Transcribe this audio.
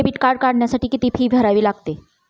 Debit card काढण्यासाठी किती fee भरावी लागते?